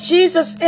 Jesus